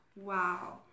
Wow